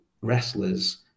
wrestlers